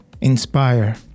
inspire